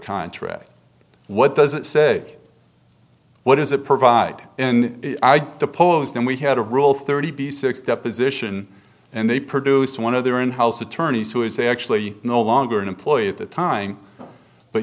contract what does it say what does it provide and i suppose then we had a rule thirty b six deposition and they produced one of their in house attorneys who is actually no longer an employee at the time but